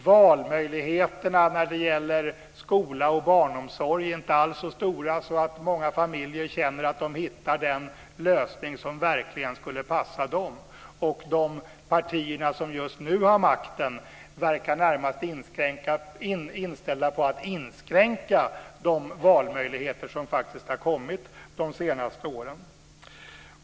Valmöjligheterna när det gäller skola och barnomsorg är inte alls så stora att många familjer känner att de hittar den lösning som verkligen skulle passa dem. De partier som just nu har makten verkar närmast inställda på att inskränka de valmöjligheter som faktiskt har kommit de senaste åren.